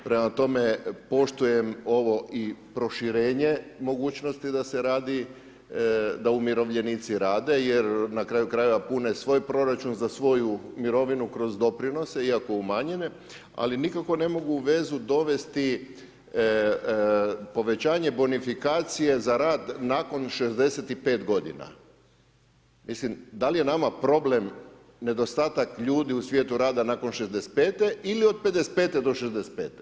Prema tome, poštujem ovo i proširenje mogućnosti da se radi, da umirovljenici rade jer na kraju krajeva, pune svoj proračun za sviju mirovinu kroz doprinose iako umanjene ali nikako ne mogu vezu dovesti, povećanje bonifikacije za rad nakon 65 g. Mislim, da li je nama problem nedostatak ljudi i svijetu rada nakon 65. ili od 55. do 65.